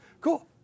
cool